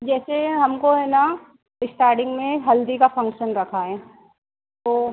जैसे हमको है ना इस्टार्टिंग में हल्दी का फ़ंक्शन रखा है तो